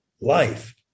life